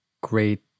great